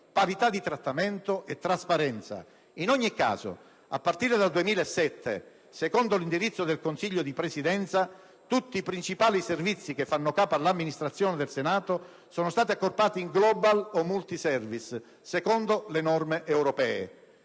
parità di trattamento e trasparenza. In ogni caso, a partire dal 2007, secondo l'indirizzo del Consiglio di Presidenza, tutti i principali servizi che fanno capo all'amministrazione del Senato sono stati accorpati in *global* o *multiservice*, secondo le norme europee.